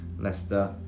Leicester